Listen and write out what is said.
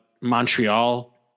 montreal